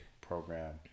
program